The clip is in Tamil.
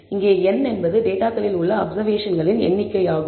இங்கே n என்பது டேட்டாகளில் உள்ள அப்சர்வேஷன்களின் எண்ணிக்கை ஆகும்